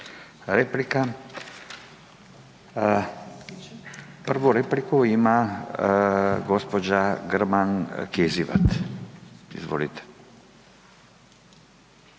replika. Prvu repliku ima gđa. Grman Kizivat. Izvoilite.